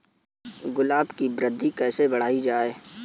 गुलाब की वृद्धि कैसे बढ़ाई जाए?